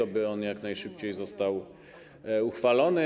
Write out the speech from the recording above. Oby on jak najszybciej został uchwalony.